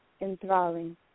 Enthralling